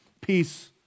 Peace